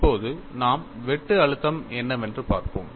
இப்போது நாம் வெட்டு அழுத்தம் என்னவென்று பார்ப்போம்